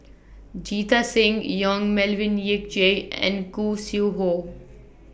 Jita Singh Yong Melvin Yik Chye and Khoo Sui Hoe